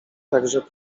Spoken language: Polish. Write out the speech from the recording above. także